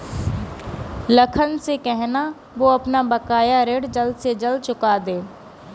लखन से कहना, वो अपना बकाया ऋण जल्द से जल्द चुका दे